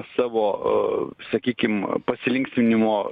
savo sakykim pasilinksminimo